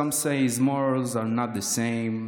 // Some say his morals are not the same.